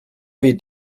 wird